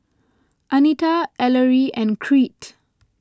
Anitra Ellery and Crete